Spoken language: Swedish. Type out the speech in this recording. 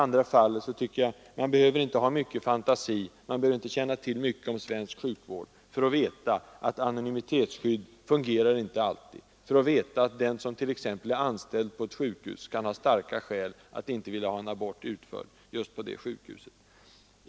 Man behöver inte ha mycket fantasi, man behöver inte känna till mycket om svensk sjukvård för att veta att anonymitetsskyddet inte alltid fungerar, och för att inse att den som t.ex. är anställd på ett sjukhus kan ha starka skäl att inte vilja ha en abort utförd just på det sjukhuset.